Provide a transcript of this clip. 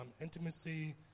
intimacy